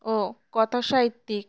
ও কথাসাহিত্যিক